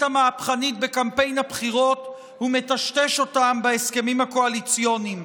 המהפכנית בקמפיין הבחירות ומטשטש אותם בהסכמים הקואליציוניים.